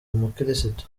umukristo